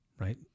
Right